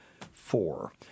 four